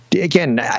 Again